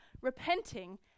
repenting